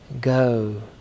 go